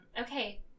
Okay